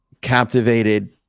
Captivated